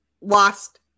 lost